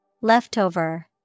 Leftover